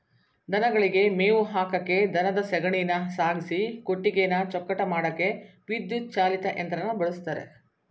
ದನಗಳಿಗೆ ಮೇವು ಹಾಕಕೆ ದನದ ಸಗಣಿನ ಸಾಗಿಸಿ ಕೊಟ್ಟಿಗೆನ ಚೊಕ್ಕಟ ಮಾಡಕೆ ವಿದ್ಯುತ್ ಚಾಲಿತ ಯಂತ್ರನ ಬಳುಸ್ತರೆ